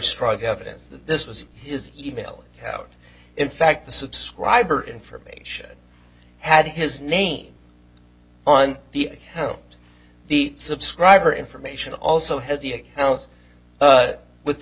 strong evidence that this was his e mail and had in fact the subscriber information had his name on the account the subscriber information also had the house with the